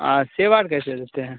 आ सेब और कैसे देते हैं